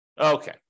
Okay